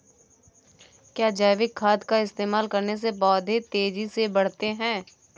क्या जैविक खाद का इस्तेमाल करने से पौधे तेजी से बढ़ते हैं?